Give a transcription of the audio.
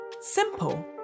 Simple